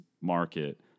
market